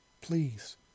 please